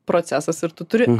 procesas ir tu turi